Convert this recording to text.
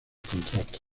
contrato